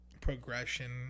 progression